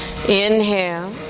Inhale